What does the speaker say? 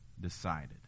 decided